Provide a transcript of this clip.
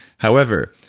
however,